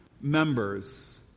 members